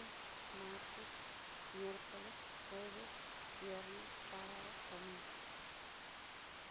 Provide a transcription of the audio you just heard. Lunes, martes, miercoles, sabado, domingo.